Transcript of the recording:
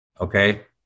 Okay